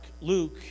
Luke